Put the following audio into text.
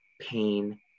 pain